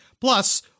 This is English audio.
Plus